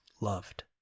loved